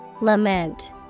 Lament